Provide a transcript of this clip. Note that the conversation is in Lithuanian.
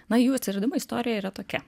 na jų atsiradimo istorija yra tokia